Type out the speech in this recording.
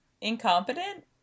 incompetent